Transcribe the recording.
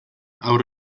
haur